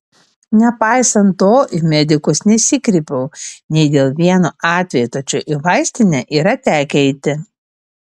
nepaisant to į medikus nesikreipiau nei dėl vieno atvejo tačiau į vaistinę yra tekę eiti